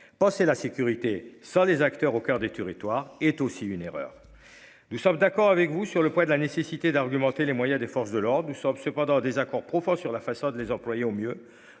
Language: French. Bon la sécurité sans les acteurs au coeur des territoires est aussi une erreur. Nous sommes d'accord avec vous sur le poids de la nécessité d'argumenter, les moyens des forces de l'ordre. Nous sommes cependant désaccord profond sur la façon de les employer au mieux.